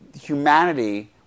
humanity